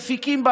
מפיקים,